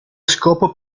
scopo